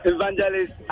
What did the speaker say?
Evangelist